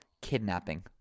Kidnapping